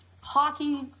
hockey